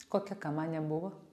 kokia kamanė buvo